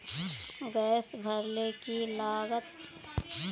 Gas भरले की लागत?